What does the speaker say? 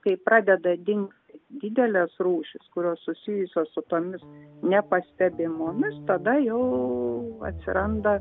kai pradeda dingti didelės rūšys kurios susijusios su tomis nepastebimomis tada jau atsiranda